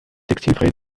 textilfreie